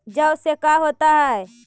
जौ से का होता है?